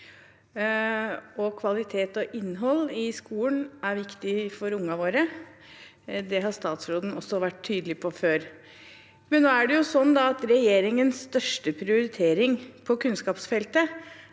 kvalitet og innhold i skolen er viktig for ungene våre. Det har statsråden også vært tydelig på før. Men regjeringens største prioritering på kunnskapsfeltet